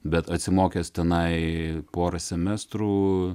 bet atsimokęs tenai porą semestrų